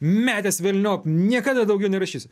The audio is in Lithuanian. metęs velniop niekada daugiau nerašysiu